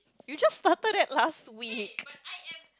you just started that last week